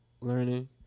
learning